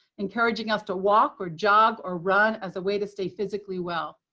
encouraging us to walk, or jog, or run as a way to stay physically well.